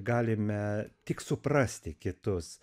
galime tik suprasti kitus